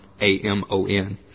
A-M-O-N